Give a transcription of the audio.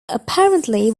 apparently